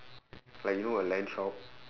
like you know a LAN shop